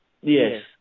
Yes